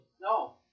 No